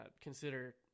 consider